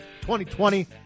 2020